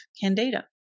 candida